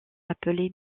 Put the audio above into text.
appelé